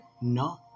No